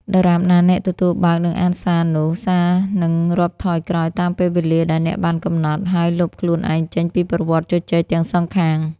ដរាបណាអ្នកទទួលបើក និងអានសារនោះ សារនឹងរាប់ថយក្រោយតាមពេលវេលាដែលអ្នកបានកំណត់ ហើយលុបខ្លួនឯងចេញពីប្រវត្តិជជែកទាំងសងខាង។